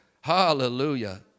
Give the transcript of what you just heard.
Hallelujah